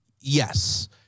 Yes